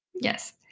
Yes